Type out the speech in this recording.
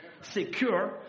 secure